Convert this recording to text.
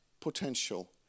potential